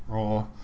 oh